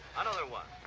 another one!